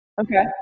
Okay